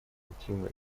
активную